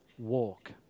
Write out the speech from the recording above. Walk